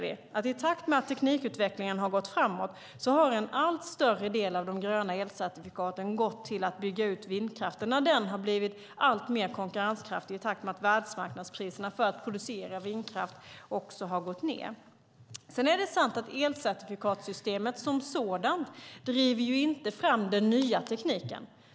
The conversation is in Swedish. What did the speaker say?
I takt med att teknikutvecklingen gått framåt har en allt större del av de gröna elcertifikaten gått till att bygga ut vindkraften. Den har blivit alltmer konkurrenskraftig i takt med att världsmarknadspriserna för att producera vindkraft har gått ned. Sedan är det sant att elcertifikatssystemet som sådant inte driver fram den nya tekniken.